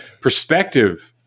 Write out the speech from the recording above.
perspective